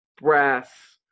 Brass